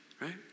right